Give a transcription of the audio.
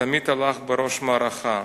תמיד הלך בראש המערכה.